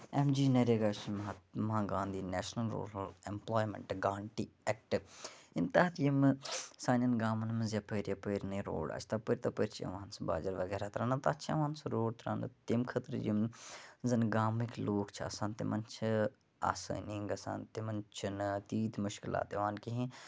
M G NREGA چھِ Mahatma Gandhi national rural employment guarantee ایٚکٹہٕ امہِ تَحَت یِمہ سانیٚن گامَن مَنٛز یَپٲر یَپٲر ناے روڑ آسہِ تَپٲر تَپٲر چھِ یِوان سُہ باجِر وَغیرہ تراونہٕ تَتھ چھ یِوان سُہ روڑ تراونہٕ تمہِ خٲطرٕ یِم زَن گامِک لُکھ چھِ آسان تِمَن چھِ آسٲنی گَژھان تِمَن چھِ نہٕ تیٖتۍ مُشکِلات یِوان کِہِنۍ